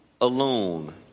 alone